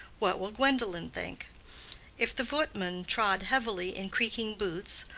what will gwendolen think if the footman trod heavily in creaking boots,